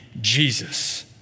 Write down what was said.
Jesus